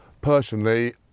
Personally